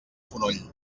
fonoll